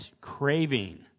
craving